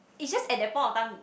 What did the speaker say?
it's just at that point of time